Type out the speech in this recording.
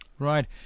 Right